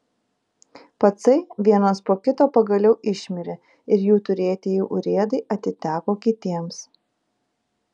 pacai vienas po kito pagaliau išmirė ir jų turėtieji urėdai atiteko kitiems